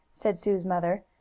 said sue's mother,